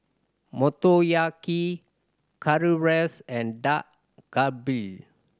Motoyaki Currywurst and Dak Galbi